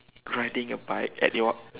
riding a bike at your